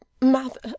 mother